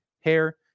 hair